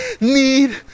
need